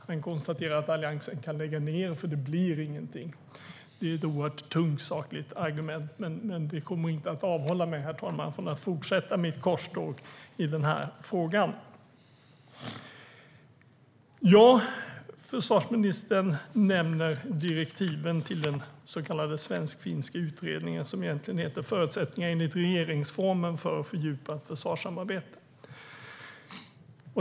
Han konstaterar att Alliansen kan lägga ned, för det blir ingenting. Det är ett oerhört tungt sakligt argument, herr talman, men det kommer inte att avhålla mig från att fortsätta mitt korståg i den här frågan. Ja, försvarsministern nämner direktiven till den så kallade svensk-finska utredningen, som egentligen heter Förutsättningar enligt regeringsformen för fördjupat försvarssamarbete.